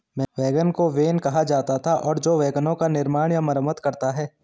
wagon को wain कहा जाता था और जो वैगनों का निर्माण या मरम्मत करता है